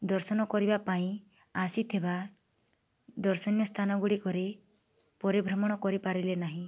ଦର୍ଶନ କରିବାପାଇଁ ଆସିଥିବା ଦର୍ଶନୀୟ ସ୍ଥାନ ଗୁଡ଼ିକରେ ପରିଭ୍ରମଣ କରିପାରିଲେ ନାହିଁ